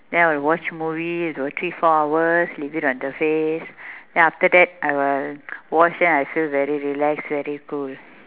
then I'll watch movie about three four hours leave it on the face then after that I will wash then I feel very relax very cool